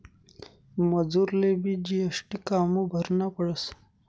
मजुरलेबी जी.एस.टी कामु भरना पडस?